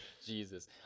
Jesus